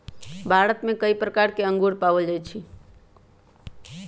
भारत में कई प्रकार के अंगूर पाएल जाई छई